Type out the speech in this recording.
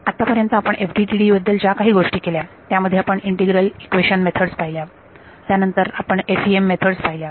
आत्तापर्यंत आपण FDTD बद्दल ज्या काही गोष्टी केल्या त्यामध्ये आपण इंटीग्रल इक्वेशन मेथडस पाहिल्या त्यानंतर आपण FEM मेथडस पाहिल्या